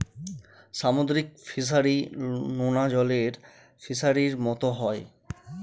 সামুদ্রিক ফিসারী, নোনা জলের ফিসারির মতো হয়